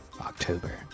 October